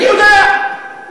אני יודע, אני יודע.